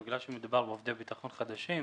בגלל שמדובר בעובדי ביטחון חדשים,